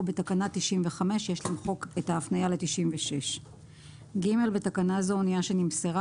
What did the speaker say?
בתקנות 95. יש למחוק את ההפניה לתקנה 96. בתקנה זו "אנייה שנמסרה"